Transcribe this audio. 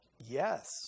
Yes